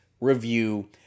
review